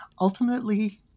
Ultimately